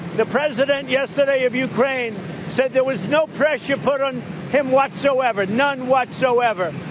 the president yesterday of ukraine said there was no pressure put on him whatsoever none whatsoever.